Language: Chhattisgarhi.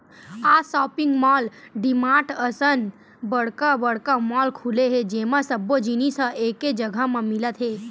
आज सॉपिंग मॉल, डीमार्ट असन बड़का बड़का मॉल खुले हे जेमा सब्बो जिनिस ह एके जघा म मिलत हे